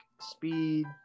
speed